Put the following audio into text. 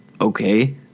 Okay